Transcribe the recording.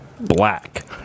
black